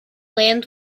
land